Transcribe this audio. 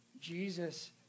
Jesus